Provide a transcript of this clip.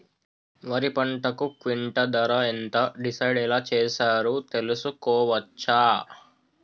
వరి పంటకు క్వింటా ధర ఎంత డిసైడ్ ఎలా చేశారు తెలుసుకోవచ్చా?